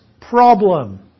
problem